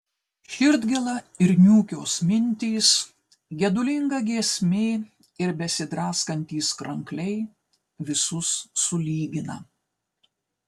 širdgėla ir niūkios mintys gedulinga giesmė ir besidraskantys krankliai visus sulygina